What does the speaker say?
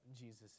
Jesus